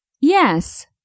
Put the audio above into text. Yes